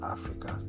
Africa